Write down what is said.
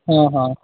हाँ हाँ